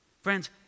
Friends